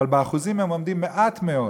אבל באחוזים הן נותנות מעט מאוד.